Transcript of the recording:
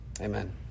Amen